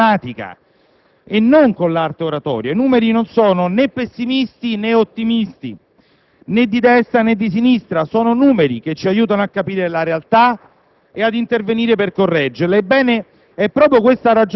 è cosa più impegnativa, significa farlo con la logica della matematica e non con l'arte oratoria. I numeri non sono né pessimisti, né ottimisti, né di destra, né di sinistra, sono numeri che ci aiutano a capire la realtà